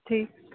ठीकु